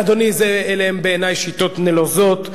אדוני, אלה הן בעיני שיטות נלוזות.